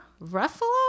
ruffalo